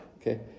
okay